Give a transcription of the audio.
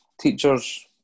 teachers